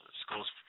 schools